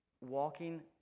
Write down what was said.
walking